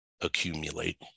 accumulate